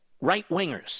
right-wingers